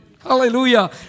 Hallelujah